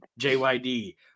JYD